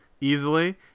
easily